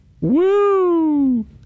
Woo